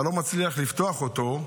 אתה לא מצליח לפתוח אותו.